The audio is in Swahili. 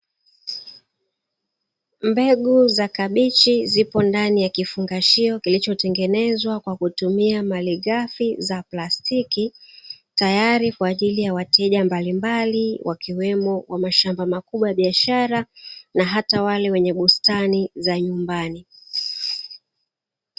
Mbegu za kabichi, zipo ndani ya kifungashio kilichotengenezwa kwa kutumia malighafi za plastiki, tayari kwa ajili ya wateja mbalimbali, wakiwemo wa mashamba makubwa ya biashara na hata wale wenye bustani za nyumbani.